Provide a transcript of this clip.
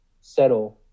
settle